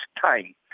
time